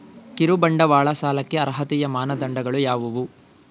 ಕಿರುಬಂಡವಾಳ ಸಾಲಕ್ಕೆ ಅರ್ಹತೆಯ ಮಾನದಂಡಗಳು ಯಾವುವು?